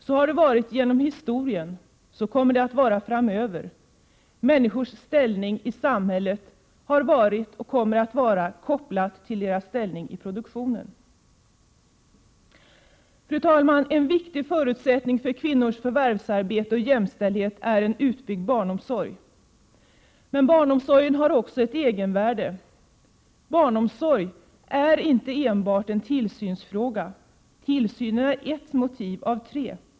Så har det varit i historien, så kommer det att vara framöver; människors ställning i samhället har varit och kommer att vara kopplad till deras ställning i produktionen. Fru talman! En viktig förutsättning för kvinnors förvärvsarbete och jämställdhet är en utbyggd barnomsorg. Men barnomsorgen har också ett egenvärde. Barnomsorg är inte enbart en tillsynsfråga. Tillsynen är ett motiv av tre.